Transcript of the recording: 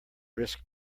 brisk